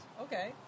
okay